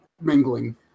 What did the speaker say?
mingling